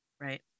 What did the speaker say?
Right